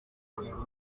yatangaje